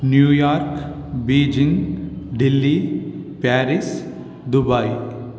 New York Beijing Delhi Paris Dubai